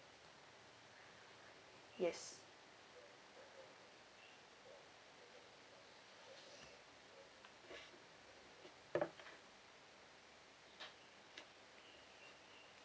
yes